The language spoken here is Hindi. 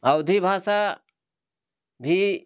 अवधी भाषा भी